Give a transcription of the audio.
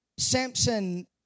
Samson